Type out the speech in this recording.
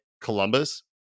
Columbus